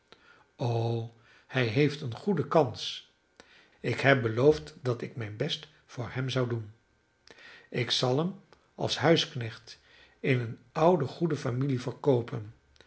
o hij heeft eene goede kans ik heb beloofd dat ik mijn best voor hem zou doen ik zal hem als huisknecht in een oude goede familie verkoopen